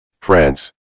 France